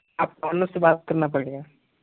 अब ओनर से बात करना पड़ेगा